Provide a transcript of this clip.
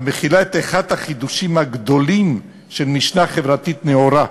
המכילה את אחד החידושים הגדולים של משנה חברתית נאורה: